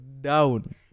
down